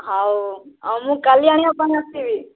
ହଉ ଆଉ ମୁଁ କାଲିକି ଆଣି ଦୋକାନ ଆସିବି